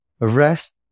Rest